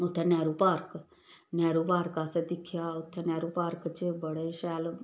उत्थै Nehru park Nehru park असें दिक्खेआ उत्थै नेहरू पार्क च बड़े शैल